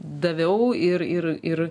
daviau ir ir ir